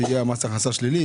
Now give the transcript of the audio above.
שזה מס הכנסה שלילי.